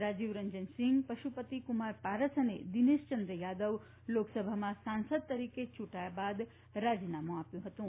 રાજીવ રંજન સીંઘ પશુપતિકુમાર પારસ અને દિનેશ ચંદ્ર યાદવ લોકસભામાં સાંસદ તરીકે ચૂંટાયા બાદ રાજીનામું આપ્યું હતું